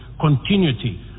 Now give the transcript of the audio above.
continuity